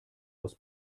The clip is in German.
aus